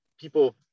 people